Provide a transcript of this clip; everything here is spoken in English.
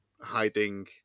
hiding